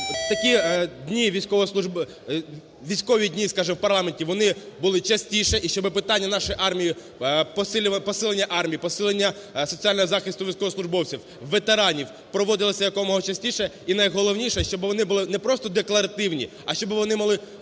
дні… військові дні, скажемо, у парламенті вони були частіше і щоб питання нашої армії, посилення армії, посилення соціального захисту військовослужбовців, ветеранів проводилося якомога частіше і найголовніше, щоб вони були не просто декларативні, а щоб вони мали